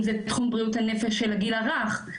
אם זה תחום בריאות הנפש של הגיל הרך,